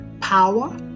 power